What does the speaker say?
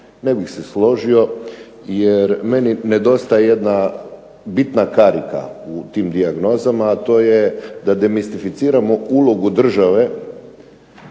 Ne bih se složio jer meni nedostaje jedna bitna karika u tim dijagnozama, a to je da demistificiramo ulogu države